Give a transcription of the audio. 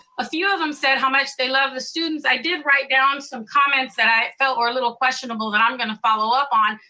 a few of them said how much they loved the students. i did write down some comments that i felt were a little questionable that i'm gonna follow up on,